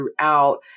throughout